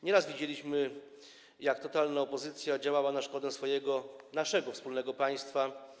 Nieraz widzieliśmy, jak totalna opozycja działała na szkodę naszego wspólnego państwa.